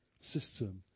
system